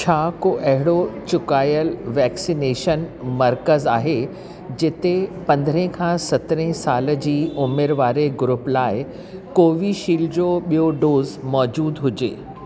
छा को अहिड़ो चुकायलु वैक्सनेशन मर्कज़ु आहे जिते पंदरहें खां सतरहें साल जी उमिरि वारे ग्रूप लाइ कोवीशील्ड जो ॿियों डोज़ मौजूदु हुजे